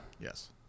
Yes